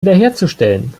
wiederherzustellen